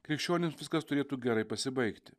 krikščionims viskas turėtų gerai pasibaigti